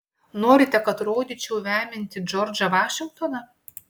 norite kad rodyčiau vemiantį džordžą vašingtoną